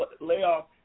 layoff